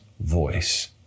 voice